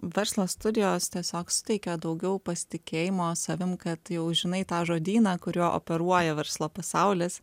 verslo studijos tiesiog suteikė daugiau pasitikėjimo savim kad jau žinai tą žodyną kuriuo operuoja verslo pasaulis